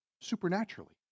supernaturally